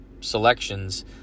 selections